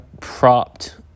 propped